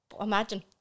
imagine